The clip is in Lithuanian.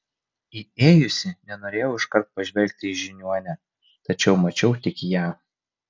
įėjusi nenorėjau iškart pažvelgti į žiniuonę tačiau mačiau tik ją